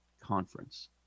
conference